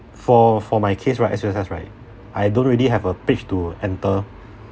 for for my case right S_U_S_S right I don't really have a page to enter